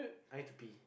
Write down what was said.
I need to pee